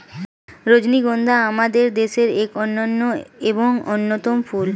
রজনীগন্ধা আমাদের দেশের এক অনন্য এবং অন্যতম ফুল